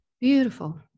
Beautiful